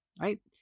right